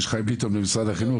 יש חיים ביטון במשרד החינוך.